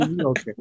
okay